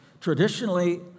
traditionally